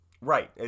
Right